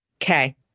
Okay